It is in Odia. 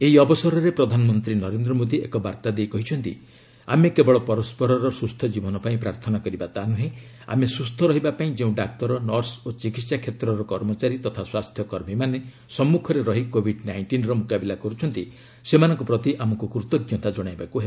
ଏହି ଅବସରରେ ପ୍ରଧାନମନ୍ତ୍ରୀ ନରେନ୍ଦ୍ର ମୋଦୀ ଏକ ବାର୍ତ୍ତା ଦେଇ କହିଛନ୍ତି ଆମେ କେବଳ ପରସ୍କରର ସୁସ୍ଥ ଜୀବନ ପାଇଁ ପ୍ରାର୍ଥନା କରିବା ତା ନୁହେଁ ଆମେ ସୁସ୍ଥ ରହିବା ପାଇଁ ଯେଉଁ ଡାକ୍ତର ନର୍ସ ଓ ଚିକିହା କ୍ଷେତ୍ରର କର୍ମଚାରୀ ତଥା ସ୍ୱାସ୍ଥ୍ୟ କର୍ମୀମାନେ ସମ୍ମୁଖରେ ରହି କୋଭିଡ୍ ନାଇଷିନ୍ର ମୁକାବିଲା କରୁଛନ୍ତି ସେମାନଙ୍କ ପ୍ରତି ଆମକୁ କୃତଜ୍ଞତା ଜଣାଇବାକୁ ହେବ